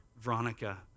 Veronica